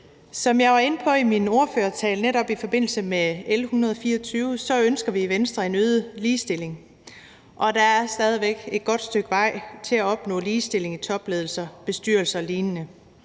Som jeg var inde på i min ordførertale i forbindelse med netop L 124, ønsker vi i Venstre en øget ligestilling, og der er stadig væk et godt stykke vej til at opnå ligestilling i topledelser, bestyrelser o.lign.